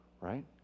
right